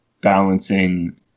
balancing